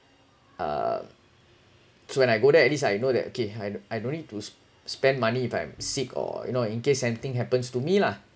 uh so when I go there at least I know that okay I I don't need to s~ spend money if I'm sick or you know in case anything happens to me lah